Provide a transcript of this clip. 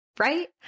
right